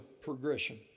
progression